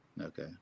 Okay